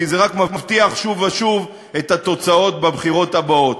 כי זה רק מבטיח שוב ושוב את התוצאות בבחירות הבאות.